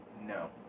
No